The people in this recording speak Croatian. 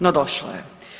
No došlo je.